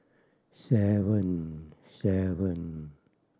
seven seven